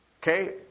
Okay